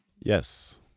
Yes